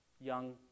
young